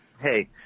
Hey